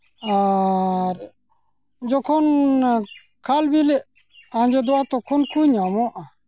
ᱟᱨ ᱡᱚᱠᱷᱚᱱ ᱠᱷᱟᱞᱼᱵᱤᱞ ᱟᱸᱡᱮᱫᱚᱜᱼᱟ ᱛᱚᱠᱷᱚᱱ ᱠᱚ ᱧᱟᱢᱚᱜᱼᱟ